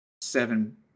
seven